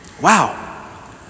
Wow